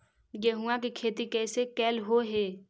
गेहूआ के खेती कैसे कैलहो हे?